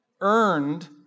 earned